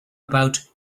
about